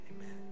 amen